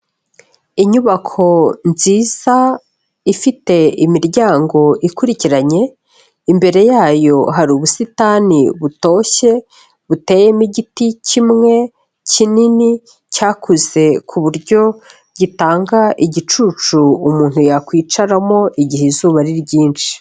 Inyubako nziza ifite imiryango ikurikiranye, imbere yayo hari ubusitani butoshye, buteyemo igiti kimwe kinini cyakuze ku buryo gitanga igicucu umuntu yakwicaramo igihe izuba ari ryinshi.